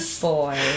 boy